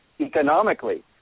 economically